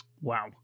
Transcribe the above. Wow